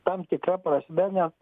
tam tikra prasme net